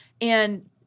And-